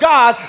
God